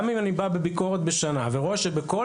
גם אם אני בא בביקורת בשנה ורואה שבכל